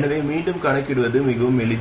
எனவே டிரான்ஸ் கடத்துத்திறன்